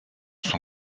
son